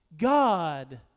God